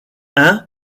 hein